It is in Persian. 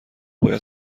باید